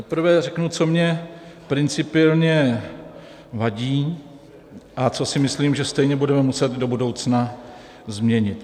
Nejprve řeknu, co mně principiálně vadí a co si myslím, že stejně budeme muset do budoucna změnit.